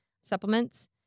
supplements